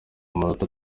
amanota